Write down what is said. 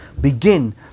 begin